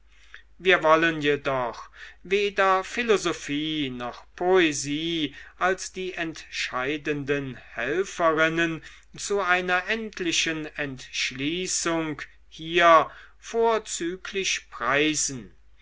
wir wollen jedoch weder philosophie noch poesie als die entscheidenden helferinnen zu einer endlichen entschließung hier vorzüglich preisen